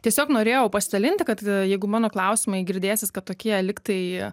tiesiog norėjau pasidalinti kad jeigu mano klausimai girdėsis kad tokie lygtai